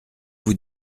vous